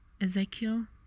ezekiel